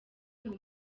ngo